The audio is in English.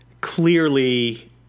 clearly